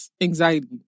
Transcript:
anxiety